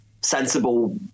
sensible